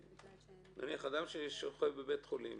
נניח, אדם ששוכב בבית חולים